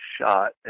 shot